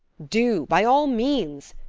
do! by all means,